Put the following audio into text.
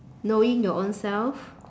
knowing your ownself